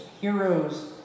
heroes